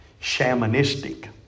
shamanistic